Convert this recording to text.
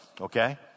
okay